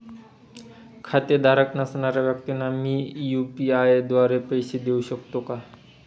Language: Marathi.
खातेधारक नसणाऱ्या व्यक्तींना मी यू.पी.आय द्वारे पैसे देऊ शकतो का?